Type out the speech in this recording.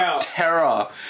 terror